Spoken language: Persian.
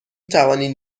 توانید